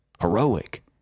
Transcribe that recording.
heroic